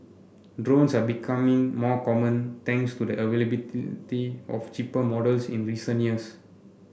drones are becoming more common thanks to the of cheaper models in recent years